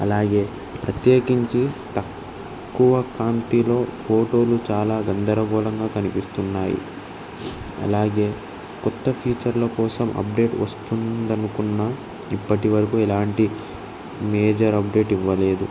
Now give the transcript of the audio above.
అలాగే ప్రత్యేకించి తక్కువ కాంతిలో ఫోటోలు చాలా గందరగోలంగా కనిపిస్తున్నాయి అలాగే కొత్త ఫ్యూచర్ల కోసం అప్డేట్ వస్తుంది అనుకున్న ఇప్పటివరకు ఎలాంటి మేజర్ అప్డేట్ ఇవ్వలేదు